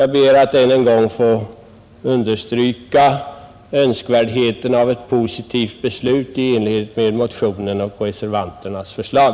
Jag ber att än en gång få understryka önskvärdheten av ett positivt beslut i enlighet med motionen och reservanternas förslag.